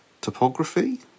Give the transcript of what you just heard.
topography